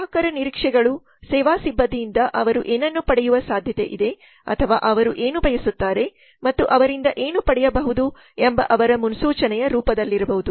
ಗ್ರಾಹಕರ ನಿರೀಕ್ಷೆಗಳು ಸೇವಾ ಸಿಬ್ಬಂದಿಯಿಂದ ಅವರು ಏನನ್ನು ಪಡೆಯುವ ಸಾಧ್ಯತೆಯಿದೆ ಅಥವಾ ಅವರು ಏನು ಬಯಸುತ್ತಾರೆ ಮತ್ತು ಅವರಿಂದಏನು ಪಡೆಯಬಹುದು ಎಂಬ ಅವರ ಮುನ್ಸೂಚನೆಯ ರೂಪದಲ್ಲಿರಬಹುದು